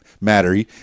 matter